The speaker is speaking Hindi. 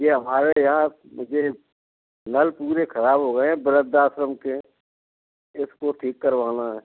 यह हमारे यहाँ यह नल पूरे ख़राब हो गए हैं वृद्धाश्रम के इसको ठीक करवाना है